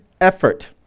effort